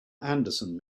anderson